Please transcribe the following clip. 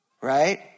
right